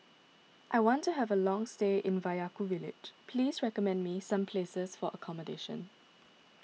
I want to have a long stay in Vaiaku Village please recommend me some places for accommodation